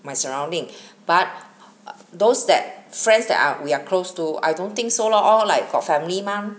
my surroundings but those that friends that are we are close to I don't think so lor all like got family mah